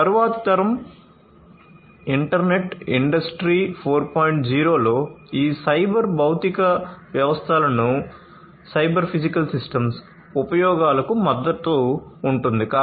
తరువాతి తరం internet industry 4